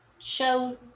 Show